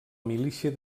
milícia